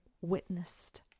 witnessed